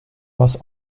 was